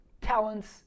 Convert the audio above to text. talents